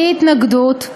אי-התנגדות,